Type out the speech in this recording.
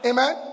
Amen